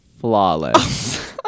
Flawless